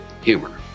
humor